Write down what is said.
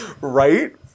Right